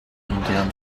indian